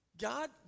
God